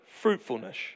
fruitfulness